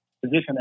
position